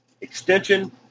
extension